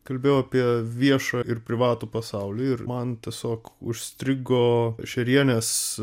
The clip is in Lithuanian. kalbėjau apie viešą ir privatų pasaulį ir man tiesiog užstrigo šerienės